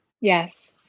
Yes